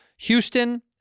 Houston